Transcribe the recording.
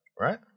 Right